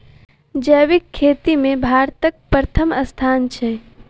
जैबिक खेती मे भारतक परथम स्थान छै